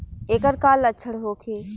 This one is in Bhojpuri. ऐकर का लक्षण होखे?